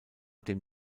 dem